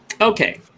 okay